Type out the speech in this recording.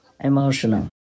emotional